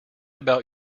about